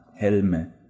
helme